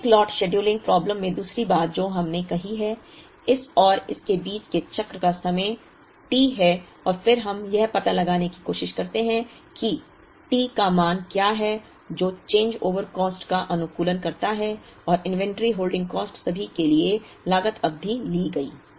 economic lot scheduling problem में दूसरी बात जो हमने कही है इस और इसके बीच के चक्र का समय T है और फिर हम यह पता लगाने की कोशिश करते हैं कि T का मान क्या है जो चेंजओवर कॉस्ट का अनुकूलन करता है और इन्वेंट्री होल्डिंग कॉस्ट सभी के लिए लागत अवधि ली गई